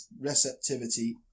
receptivity